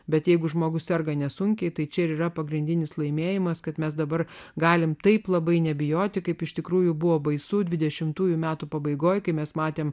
bet jeigu žmogus serga nesunkiai tai čia ir yra pagrindinis laimėjimas kad mes dabar galime taip labai nebijoti kaip iš tikrųjų buvo baisu dvidešimtųjų metų pabaigoje kai mes matėme